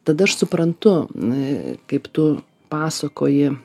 tada aš suprantu na kaip tu pasakoji